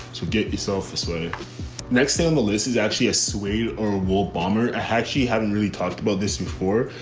so get yourself sweating. next thing on the list is actually a suede or wool bomber. i actually haven't really talked about this before,